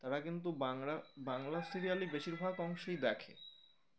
তারা কিন্তু বাংলা বাংলা সিরিয়ালে বেশিরভাগ অংশই দেখে